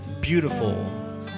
beautiful